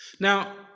Now